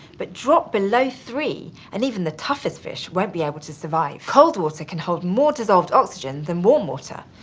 but drop below three and even the toughest fish won't be able to survive. cold water can hold more dissolved oxygen than warm water,